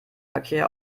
verkehr